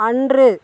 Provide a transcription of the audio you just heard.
அன்று